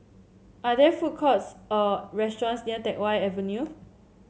are there food courts or restaurants near Teck Whye Avenue